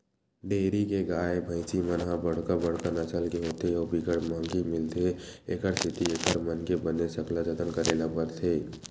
dairy के गाय, भइसी मन ह बड़का बड़का नसल के होथे अउ बिकट महंगी मिलथे, एखर सेती एकर मन के बने सकला जतन करे ल परथे